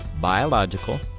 biological